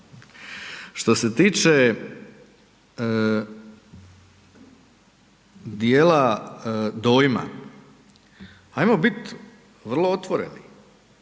Što se tiče djela dojma ajmo bit vrlo otvoreni,